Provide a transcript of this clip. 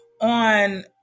on